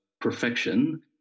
perfection